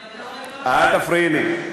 אל תפריעי לי.